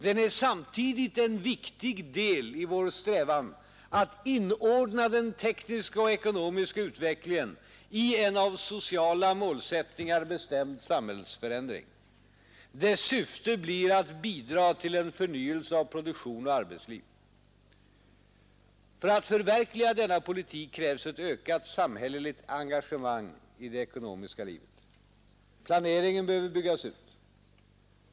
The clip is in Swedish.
Den är samtidigt en viktig del i vår strävan att inordna den tekniska och ekonomiska utvecklingen i en av sociala målsättningar bestämd samhällsförändring. Dess syfte blir att bidra till en förnyelse av produktion och arbetsliv. För att förverkliga denna politik krävs ett ökat samhälleligt engagemang i det ekonomiska livet. Planeringen behöver byggas ut.